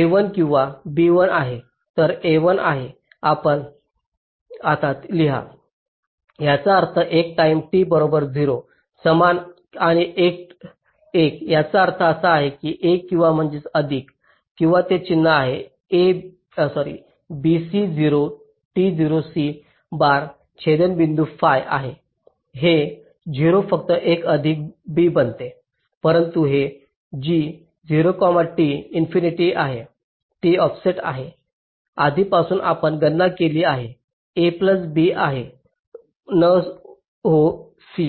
a 1 किंवा b 1 आहे तर a 1 आहे आपण आता लिहा याचा अर्थ एक टाईम t बरोबर 0 समान आणि एक याचा अर्थ असा की a किंवा म्हणजेच अधिक किंवा हे चिन्ह आहे b c 0 t 0 c bar छेदनबिंदू phi आहे हे 0 फक्त एक अधिक b बनते परंतु हे g 0 t अनंतासारखे आहे ची ऑफसेट आहे आधीपासून आपण गणना केली आहे a प्लस b प्लस न हो c